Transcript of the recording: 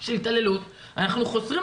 של התעללות אנחנו חוסכים,